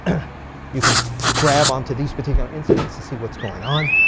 you can grab onto these particular incidents to see what's going on.